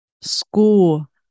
School